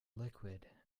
liquid